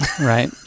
right